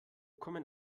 kommen